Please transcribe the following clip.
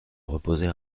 reposer